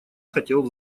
хотел